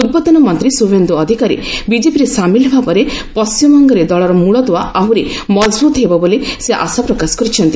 ପୂର୍ବତନ ମନ୍ତ୍ରୀ ଶୁଭେନ୍ଦୁ ଅଧିକାରୀ ବିକେପିରେ ସାମିଲ୍ ହେବା ପରେ ପଣ୍ଟିମବଙ୍ଗରେ ଦଳର ମୂଳଦୁଆ ଆହୁରି ମଜବୁତ ହେବ ବୋଲି ସେ ଆଶା ପ୍ରକାଶ କରିଛନ୍ତି